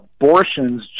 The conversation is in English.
abortions